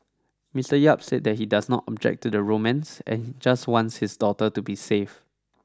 Mister Yap said that he does not object to the romance and just wants his daughter to be safe